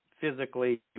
Physically